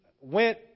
went